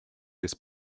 this